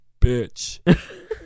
bitch